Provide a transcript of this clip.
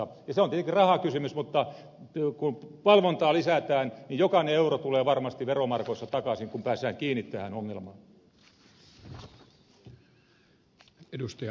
se on tietenkin rahakysymys mutta kun valvontaa lisätään jokainen euro tulee varmasti veromarkoissa takaisin kun päästään kiinni tähän ongelmaan